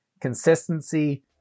consistency